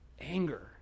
anger